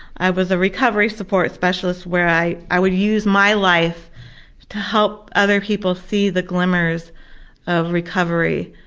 i was a recovery support specialist where i i would use my life to help other people see the glimmers of recovery,